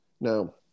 Now